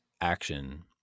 action